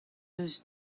eus